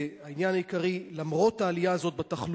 2. והעניין העיקרי, למרות העלייה הזאת בתחלואה,